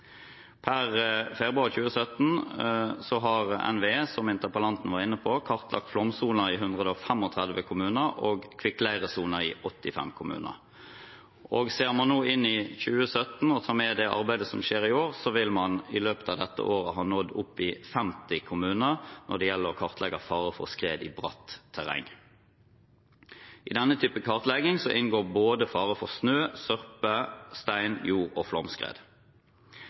2017. Per februar 2017 har NVE, som interpellanten var inne på, kartlagt flomsoner i 135 kommuner og kvikkleiresoner i 85 kommuner. Ser man nå inn i 2017 og tar med det arbeidet som skjer i år, vil man i løpet av dette året ha nådd opp i 50 kommuner når det gjelder å kartlegge fare for skred i bratt terreng. I denne type kartlegging inngår fare for både snø-, sørpe-, stein-, jord- og flomskred.